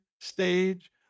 stage